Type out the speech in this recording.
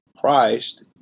Christ